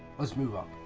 let's move up.